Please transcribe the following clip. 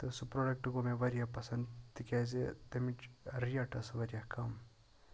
تہٕ سُہ پروڈَکٹ گوٚو مےٚ واریاہ پَسَنٛد تکیازِ تمِچ ریٹ ٲس واریاہ کم